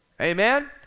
Amen